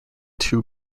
two